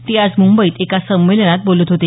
ते आज मुंबईत एका संमेलनात बोलत होते